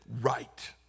right